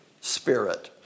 Spirit